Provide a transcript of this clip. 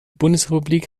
bundesrepublik